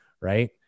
right